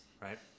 right